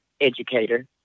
educator